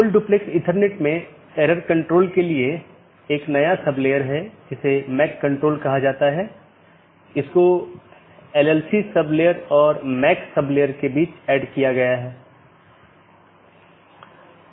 दूसरा अच्छी तरह से ज्ञात विवेकाधीन एट्रिब्यूट है यह विशेषता सभी BGP कार्यान्वयन द्वारा मान्यता प्राप्त होनी चाहिए